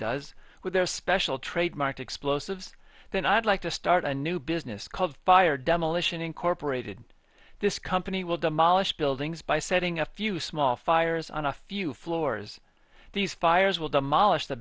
does with their special trademark explosives then i'd like to start a new business called fire demolition incorporated this company will demolish buildings by setting a few small fires on a few floors these fires will demolish the